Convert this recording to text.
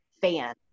fan